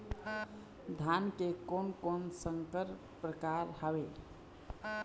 धान के कोन कोन संकर परकार हावे?